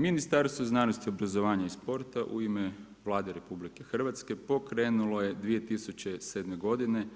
Ministarstvo znanosti, obrazovanja i sporta u ime Vlade RH pokrenulo je 2007. godine